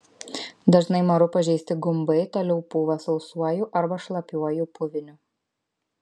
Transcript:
dažnai maru pažeisti gumbai toliau pūva sausuoju arba šlapiuoju puviniu